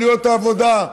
עלויות העבודה,